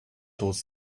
those